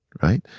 right?